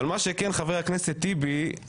רציתי שגיל ישמע את הדברים אבל הוא יצא.